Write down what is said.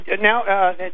now